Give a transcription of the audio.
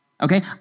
Okay